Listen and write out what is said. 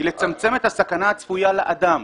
לצמצם את הסכנה הצפויה לאדם.